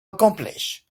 accomplish